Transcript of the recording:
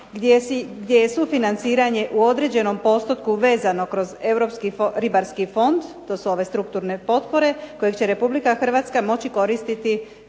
je sufinanciranje u određenom postotku vezano kroz Europski ribarski fond, to su ove strukturne potpore, kojeg će RH moći koristiti